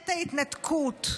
מחטא ההתנתקות,